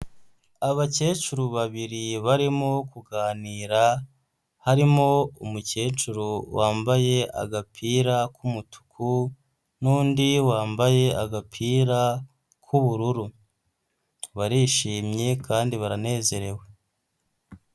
Abakecuru babiri barimo kuganira harimo umukecuru wambaye agapira k'umutuku n'undi wambaye agapira k'ubururu, barishimye kandi baranezerewe.